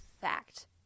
fact